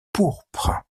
pourpres